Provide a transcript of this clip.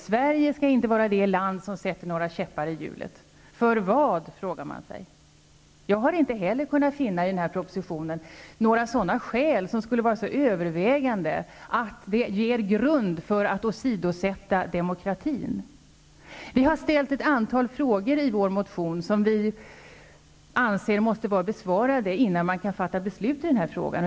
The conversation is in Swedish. Sverige skall inte vara det land som sätter några käppar i hjulen. För vad, frågar man sig. Inte heller jag har i denna proposition kunnat finna några sådana skäl som skulle vara så övervägande att de ger grund för att åsidosätta demokratin. Vi har ställt ett antal frågor i vår motion vilka vi anser måste vara besvarade innan man kan fatta beslut i ärendet.